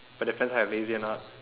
but at times when I'm lazy I'm not